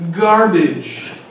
garbage